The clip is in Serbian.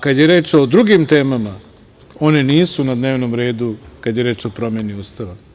Kad je reč o drugim temama one nisu na dnevnom redu, kada je reč o promeni Ustava.